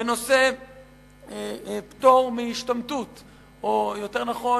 בנושא פטור, השתמטות, או יותר נכון